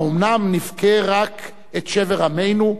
האומנם נבכה רק את שבר עמנו,